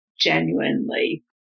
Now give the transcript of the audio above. genuinely